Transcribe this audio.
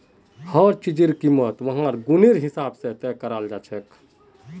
हर चीजेर कीमत वहार गुनेर हिसाबे तय कराल जाछेक